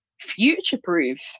future-proof